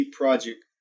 project